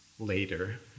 later